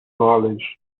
knowledge